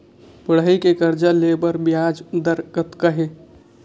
पढ़ई के कर्जा ले बर ब्याज दर कतका हे?